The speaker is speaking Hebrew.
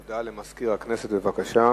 הודעה לסגן מזכירת הכנסת, בבקשה.